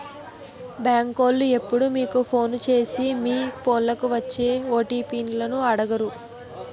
బేంకోలు ఎప్పుడూ మీకు ఫోను సేసి మీ ఫోన్లకి వచ్చే ఓ.టి.పి లను అడగరు